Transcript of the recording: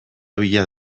bila